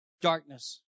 Darkness